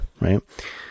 right